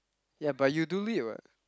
ya but you do it [what]